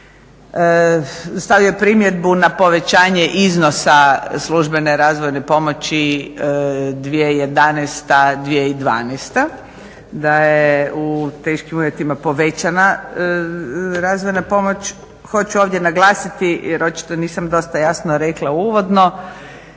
stavio je primjedbu na povećanje iznosa službene razvojne pomoći 2011., 2012., da je u teškim uvjetima povećana razvojna pomoć. Hoću ovdje naglasiti jer očito nisam dosta jasno rekla uvodno,